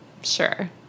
Sure